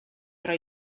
tra